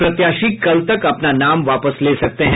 प्रत्याशी कल तक अपना नाम वापस ले सकते हैं